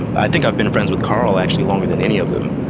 and i think i've been friends with karl, actually, longer than any of them